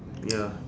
ya